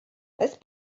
this